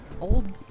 old